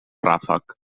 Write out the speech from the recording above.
ràfec